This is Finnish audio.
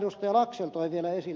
täällä ed